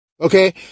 Okay